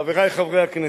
חברי חברי הכנסת,